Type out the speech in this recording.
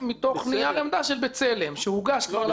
נייר עמדה של בצלם שהוגש כבר לוועדה.